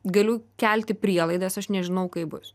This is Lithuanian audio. galiu kelti prielaidas aš nežinau kaip bus